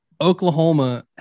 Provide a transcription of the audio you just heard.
Oklahoma